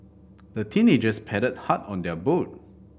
the teenagers paddled hard on their boat